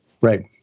Right